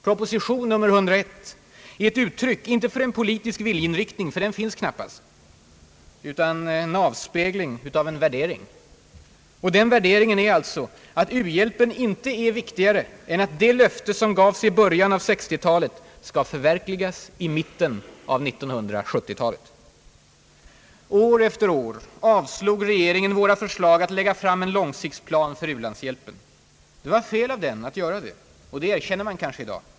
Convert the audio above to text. Proposition nr 101 är ett uttryck inte för en politisk viljeinriktning — den finns knappast — utan en avspegling av en värdering. Värderingen är alltså att u-hjälpen inte är viktigare än att det löfte som gavs i början av 1960 talet skall förverkligas i mitten av 1970 talet. År efter år avslog regeringen våra förslag att lägga fram en långsiktsplan för u-landshjälpen. Det var fel av den att göra det, och det erkänner man kanske i dag.